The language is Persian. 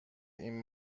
این